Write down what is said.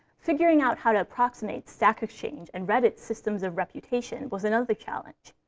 figuring out how to approximate stack exchange and reddit's systems of reputation was another challenge.